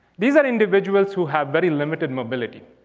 these are individuals who have very limited mobility